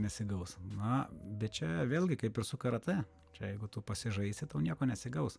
nesigaus na bet čia vėlgi kaip ir su karatė čia jeigu tu pasižaisi tau nieko nesigaus